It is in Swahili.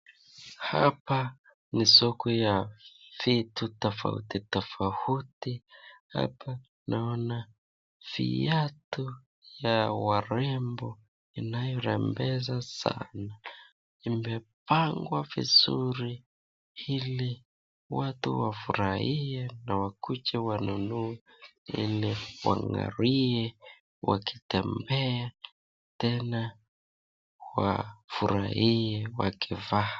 Hapa ni soko ya vitu tofauti tofauti, hapa naona viatu vya warembo inayorembeza sana imepangwa vizuri ili watu wafurahie na wakujie wanunue ili wang'arie wakitembea tena wafurahie wakivaa.